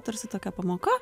tarsi tokia pamoka